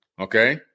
Okay